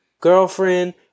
girlfriend